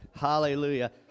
hallelujah